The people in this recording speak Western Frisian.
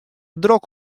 drok